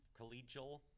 collegial